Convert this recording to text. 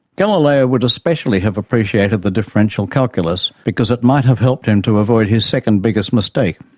galileo would especially have appreciated the differential calculus because it might have helped him to avoid his second biggest mistake.